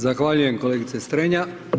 Zahvaljujem kolegice Strenja.